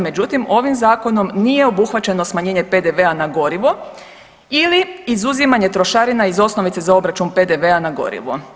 Međutim, ovim zakonom nije obuhvaćeno smanjenje PDV-a na gorivo ili izuzimanje trošarina iz osnovice za obračun PDV-a na gorivo.